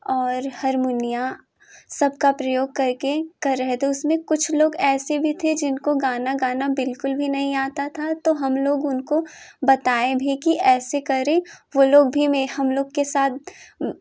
और हर्मोनिया सबका प्रयोग करके कर रहे थे उसमें कुछ लोग ऐसे भी थे जिनको गाना गना बिल्कुल भी नहीं आता था तो हम लोग उनको बताए भी कि ऐसे करें वो लोग भी में हम लोग के साथ